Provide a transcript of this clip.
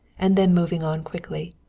and then moving on quickly.